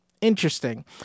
interesting